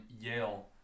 Yale